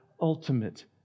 Ultimate